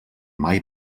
mai